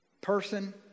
Person